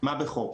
מה בחוק?